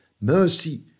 mercy